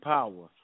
Power